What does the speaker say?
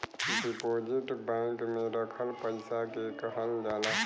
deposit bank में रखल पइसा के कहल जाला